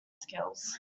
skills